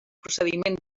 procediment